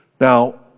Now